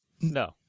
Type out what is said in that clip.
No